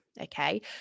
Okay